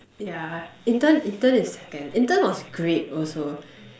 yeah intern intern is second intern was great also